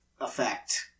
effect